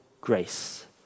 grace